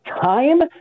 time